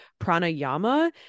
pranayama